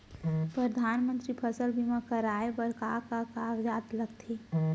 परधानमंतरी फसल बीमा कराये बर का का कागजात लगथे?